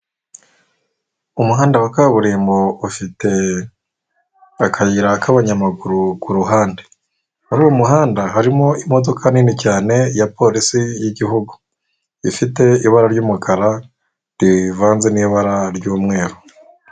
Umuhanda wa kaburimbo ufite akayira k'abanyamaguru ku ruhande, muruyu muhanda harimo imodoka nini cyane ya polisi y'igihugu ifite ibara ry'umukara rivanze n'ibara ry'umweru.